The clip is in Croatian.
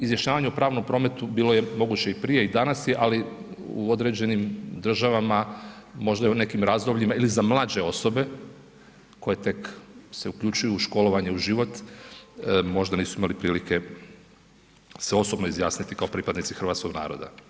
Izjašnjavanje u pravnom prometu bilo je moguće i prije i danas je, ali u određenim državama možda i u nekim razdobljima ili za mlađe osobe koje tek se uključuju u školovanje u život, možda nisu imali prilike se osobno izjasniti kao pripadnici hrvatskoga naroda.